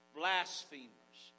blasphemers